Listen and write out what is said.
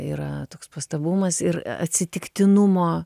yra toks pastabumas ir atsitiktinumo